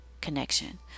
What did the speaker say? connection